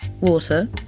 water